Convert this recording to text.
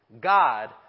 God